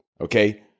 okay